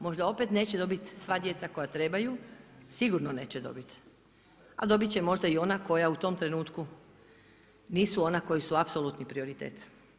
Možda opet neće dobit sva djeca koja trebaju, sigurno neće dobiti, a dobit će možda i ona koja u tom trenutku nisu ona koji su apsolutni prioritet.